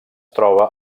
troba